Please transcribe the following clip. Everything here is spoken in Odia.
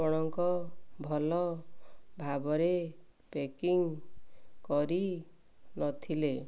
ଆପଣଙ୍କ ଭଲ ଭାବରେ ପେକିଂ କରିନଥିଲେ